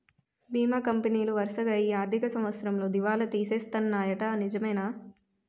బీమా కంపెనీలు వరసగా ఈ ఆర్థిక సంవత్సరంలో దివాల తీసేస్తన్నాయ్యట నిజమేనా